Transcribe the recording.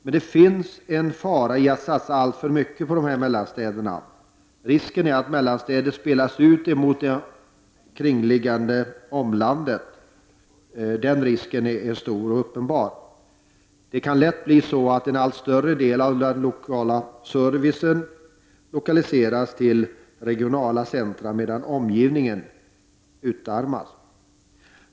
Men det finns en fara i att satsa alltför mycket på dessa mellanstäder. Risken för att mellanstäder spelas ut emot omlandet är stor och uppenbar. Det kan lätt bli så att en allt större del av servicen lokaliseras till dessa regionala centra, medan omgivningen utarmas.